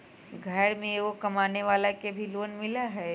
घर में एगो कमानेवाला के भी लोन मिलहई?